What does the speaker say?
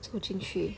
住进去